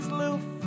loof